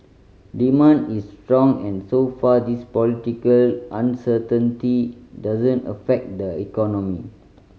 demand is strong and so far this political uncertainty doesn't affect the economy